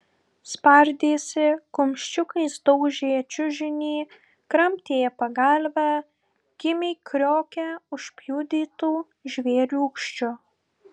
spardėsi kumščiukais daužė čiužinį kramtė pagalvę kimiai kriokė užpjudytu žvėriūkščiu